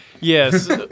Yes